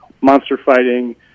monster-fighting